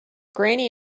granny